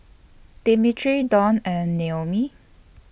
Dimitri Donn and Noemie